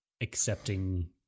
accepting